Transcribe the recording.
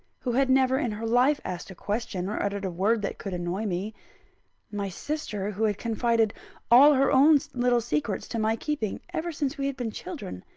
who had never in her life asked a question, or uttered a word that could annoy me my sister, who had confided all her own little secrets to my keeping, ever since we had been children.